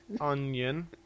onion